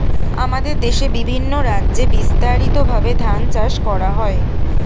আমাদের দেশে বিভিন্ন রাজ্যে বিস্তারিতভাবে ধান চাষ করা হয়